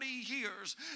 years